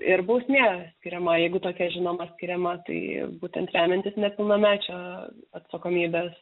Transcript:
ir bausmė skiriama jeigu tokia žinoma skiriama tai būtent remiantis nepilnamečio atsakomybės